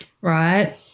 Right